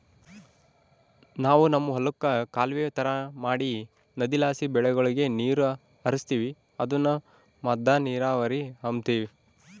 ನಾವು ನಮ್ ಹೊಲುಕ್ಕ ಕಾಲುವೆ ತರ ಮಾಡಿ ನದಿಲಾಸಿ ಬೆಳೆಗುಳಗೆ ನೀರು ಹರಿಸ್ತೀವಿ ಅದುನ್ನ ಮದ್ದ ನೀರಾವರಿ ಅಂಬತೀವಿ